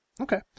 okay